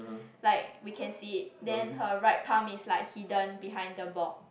like we can see it then her right pound is like hidden behind the ball